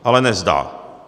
Ale nezdá.